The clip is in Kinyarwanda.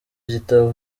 gitabo